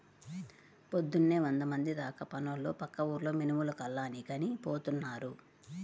పొద్దున్నే వందమంది దాకా పనోళ్ళు పక్క ఊర్లో మినుములు కల్లానికని పోతున్నారు